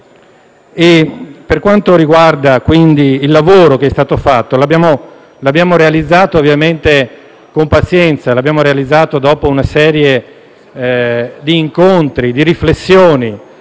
Per quanto riguarda il lavoro che è stato svolto, l'abbiamo realizzato con pazienza, dopo una serie di incontri, di riflessioni,